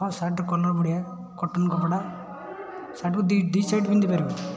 ହଁ ଶାର୍ଟର କଲର୍ ବଢ଼ିଆ କଟନ କପଡ଼ା ଶାର୍ଟରୁ ଦି ଦି ସାଇଟ ପିନ୍ଧିପାରିବ